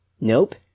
nope